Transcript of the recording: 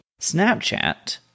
Snapchat